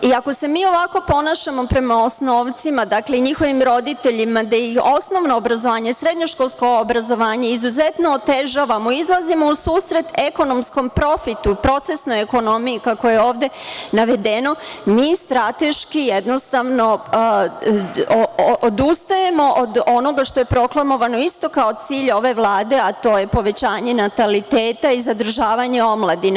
Ako se mi ovako ponašamo prema osnovcima, dakle njihovim roditeljima, gde je i osnovno obrazovanje, srednjoškolsko obrazovanje izuzetno otežavamo, izlazimo u susret ekonomskom profitu, procesnoj ekonomiji, kako je ovde navedeno, mi strateški jednostavno odustajemo od onoga što je proklamovano isto kao cilj ove Vlade, a to je povećanje nataliteta i zadržavanje omladine.